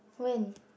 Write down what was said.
when